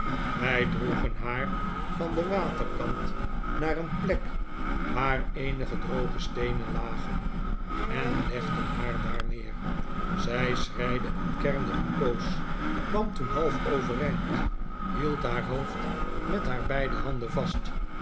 wij droegen haar van den waterkant naar een plek waar eenige droge steenen lagen en legden haar daar neer zij schreide en kermde een poos kwam toen half overeind hield haar hoofd met haar beide handen vast